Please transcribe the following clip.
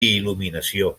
il·luminació